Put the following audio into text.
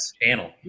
channel